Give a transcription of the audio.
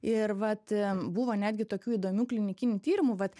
ir vat buvo netgi tokių įdomių klinikinių tyrimų vat